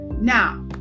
Now